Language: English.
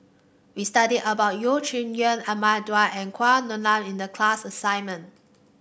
we studied about Yeo Shih Yun Ahmad Daud and in the class assignment